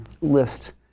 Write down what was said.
list